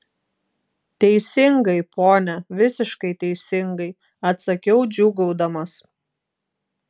teisingai pone visiškai teisingai atsakiau džiūgaudamas